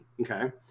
Okay